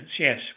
yes